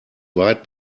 weit